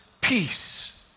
peace